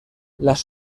las